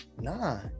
nah